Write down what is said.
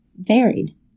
varied